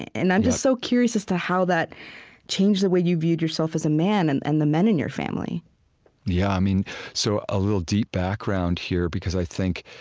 and i'm just so curious as to how that changed the way you viewed yourself, as a man, and and the men in your family yeah so, a little deep background here, because i think,